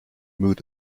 mood